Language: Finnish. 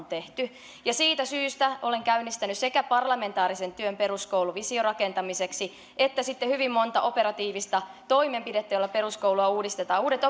tehty siitä syystä olen käynnistänyt sekä parlamentaarisen työn peruskouluvision rakentamiseksi että hyvin monta operatiivista toimenpidettä joilla peruskoulua uudistetaan uudet